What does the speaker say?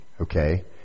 Okay